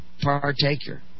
partaker